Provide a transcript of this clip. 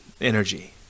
energy